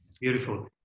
Beautiful